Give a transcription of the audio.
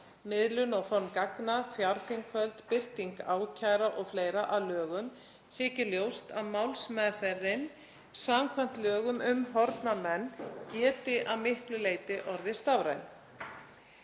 miðlun og form gagna, fjarþinghöld, birting ákæra o.fl., að lögum þykir ljóst að málsmeðferðin samkvæmt lögum um horfna menn geti að miklu leyti orðið stafræn.